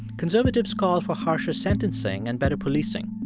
conservatives call for harsher sentencing and better policing.